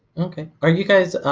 ok. are you guys